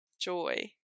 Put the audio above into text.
joy